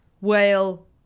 Whale